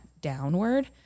downward